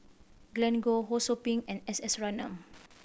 Glen Goei Ho Sou Ping and S S Ratnam